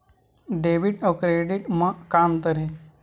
Debit अउ credit म का अंतर हे?